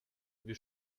wie